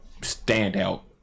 standout